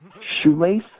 Shoelace